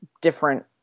different